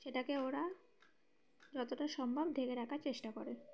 সেটাকে ওরা যতটা সম্ভব ঢেকে রাখার চেষ্টা করে